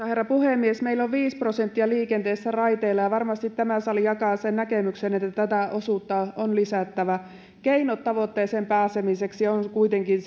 herra puhemies meillä on viisi prosenttia liikenteestä raiteilla ja varmasti tämä sali jakaa sen näkemyksen että tätä osuutta on lisättävä keinot tavoitteeseen pääsemiseksi ovat kuitenkin